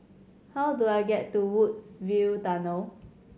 how do I get to Woodsville Tunnel